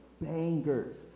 bangers